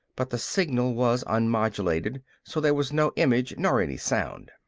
but the signal was unmodulated, so there was no image nor any sound.